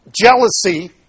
jealousy